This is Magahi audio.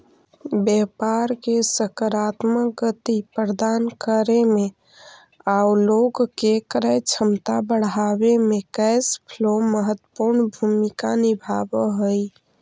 व्यापार के सकारात्मक गति प्रदान करे में आउ लोग के क्रय क्षमता बढ़ावे में कैश फ्लो महत्वपूर्ण भूमिका निभावऽ हई